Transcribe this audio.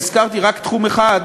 והזכרתי רק תחום אחד,